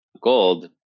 gold